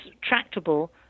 tractable